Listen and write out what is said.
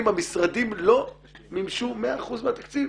המשרדים לא מימשו מאה אחוז מהתקציב